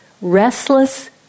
restless